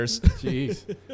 Jeez